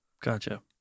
Gotcha